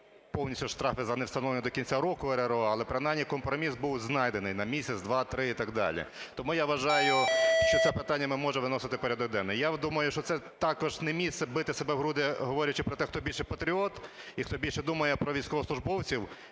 повністю штрафи за невстановлення до кінця року РРО, але принаймні компроміс був знайдений на місяць, два, три і так далі. Тому я вважаю, що це питання ми можемо виносити в порядок денний. Я думаю, що це також не місце бити себе в груди, говорячи про те, хто більше патріот і хто більше думає про військовослужбовців.